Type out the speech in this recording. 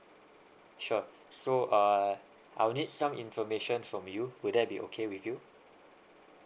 sure so err I will need some information from you would that be okay with you